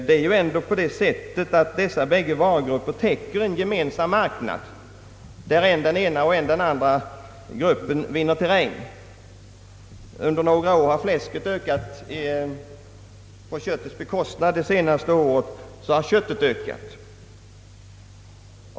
Det är ju ändå så att dessa båda varugrupper täcker en gemensam marknad, där än den ena och än den andra gruppen vinner terräng. Under några år har fläsket ökat på köttets bekostnad, och under det senaste året har köttet ökat.